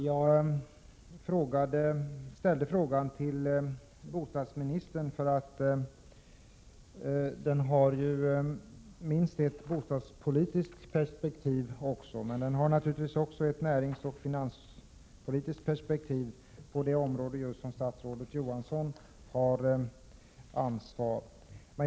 Jag ställde den till bostadsministern därför att den har minst ett bostadspolitiskt perspektiv, men naturligtvis också ett näringsoch finanspolitiskt perspektiv — det område där statsrådet Johansson har ansvaret.